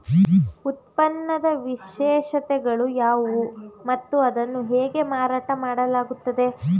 ಉತ್ಪನ್ನದ ವಿಶೇಷತೆಗಳು ಯಾವುವು ಮತ್ತು ಅದನ್ನು ಹೇಗೆ ಮಾರಾಟ ಮಾಡಲಾಗುತ್ತದೆ?